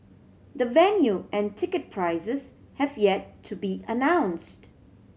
the venue and ticket prices have yet to be announced